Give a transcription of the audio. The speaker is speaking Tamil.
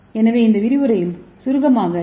எனவே இந்த விரிவுரையின் சுருக்கமாக டி